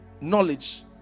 knowledge